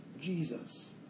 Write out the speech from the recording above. Jesus